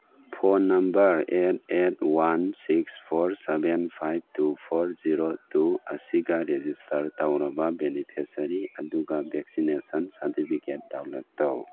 phone number eight eight one six four seven five two four zero two ꯑꯁꯤꯒ register ꯇꯧꯔꯕ beneficiary ꯑꯗꯨꯒ vaccination ꯁꯥꯔꯗꯤꯕꯤꯒꯦꯠ download ꯇꯧ